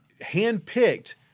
handpicked